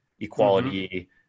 equality